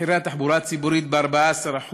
מחירי התחבורה הציבורית ב-14%,